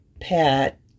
Pat